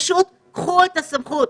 קחו את הסמכות,